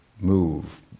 move